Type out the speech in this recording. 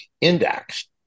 index